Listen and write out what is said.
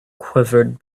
quivered